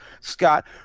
scott